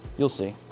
you'll see.